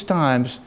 times